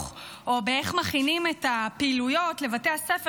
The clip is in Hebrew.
או איך מכינים את הפעילויות לבתי הספר,